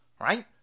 right